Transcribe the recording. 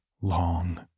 long